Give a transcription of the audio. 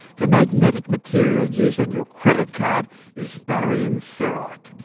the magnetic material used on your credit card is barium ferrite.